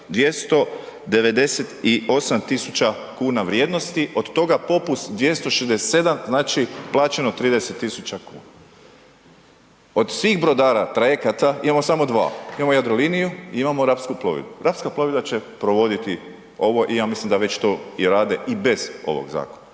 298 tisuća kuna vrijednosti, od toga popust 267, znači plaćeno 30 tisuća kuna. Od svih brodara, trajekata, imamo samo 2. Imamo Jadroliniju i imamo Rapsku plovidbu. Rapska plovidba će provoditi ovo i ja mislim da već to rade i bez ovog zakona